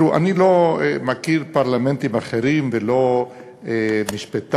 תראו, אני לא מכיר פרלמנטים אחרים, ולא משפטן,